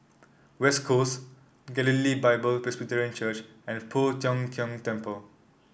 West Coast Galilee Bible Presbyterian Church and Poh Tiong Kiong Temple